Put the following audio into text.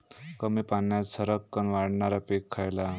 कमी पाण्यात सरक्कन वाढणारा पीक खयला?